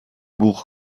بوق